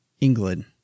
England